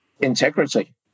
Integrity